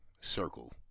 circle